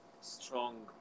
strong